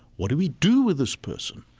what do we do with this person?